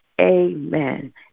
Amen